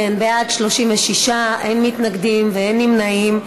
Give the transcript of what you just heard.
בעד, 36, אין מתנגדים ואין נמנעים.